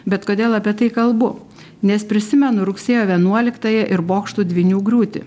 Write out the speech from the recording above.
bet kodėl apie tai kalbu nes prisimenu rugsėjo vienuoliktąją ir bokštų dvynių griūtį